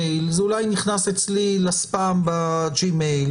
זה אולי נכנס אצלי לספאם בג'ימייל,